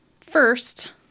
First